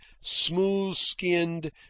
smooth-skinned